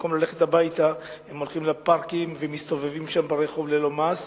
במקום ללכת הביתה הם הולכים לפארקים ומסתובבים שם וברחוב ללא מעש,